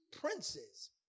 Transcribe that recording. princes